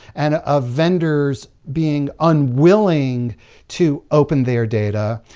and of vendors being unwilling to open their data?